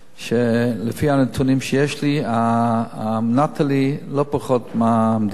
שלפי הנתונים שיש לי, "נטלי" זה לא פחות מהמדינה.